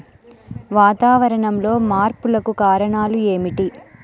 వాతావరణంలో మార్పులకు కారణాలు ఏమిటి?